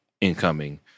incoming